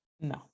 No